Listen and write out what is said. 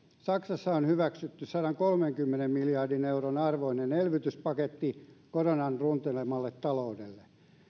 saksassa on hyväksytty sadankolmenkymmenen miljardin euron arvoinen elvytyspaketti koronan runtelemalle taloudelle